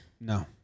No